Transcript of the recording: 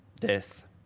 death